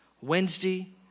Wednesday